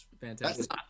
Fantastic